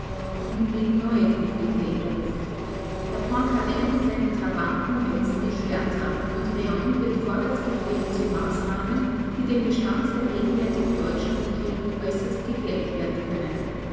nun liegen neue konflikte in der luft herr poincar und seine trabanten wetzen die schwerter und briand wird vorwärts getrieben zu maßnahmen die dem bestand der gegenwärtigen deutschen regierung äußerst gefährlich werden können